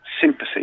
sympathy